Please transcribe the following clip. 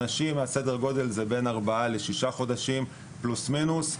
סדר הגודל של העונשים זה בין ארבעה לשישה חודשים פלוס מינוס,